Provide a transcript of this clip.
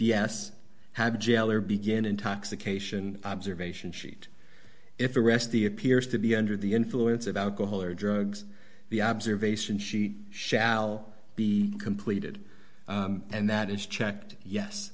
the jailer began intoxication observation sheet if the rest of the appears to be under the influence of alcohol or drugs the observation she shall be completed and that is checked yes